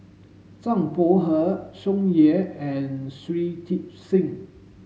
Zhang Bohe Tsung Yeh and Shui Tit Sing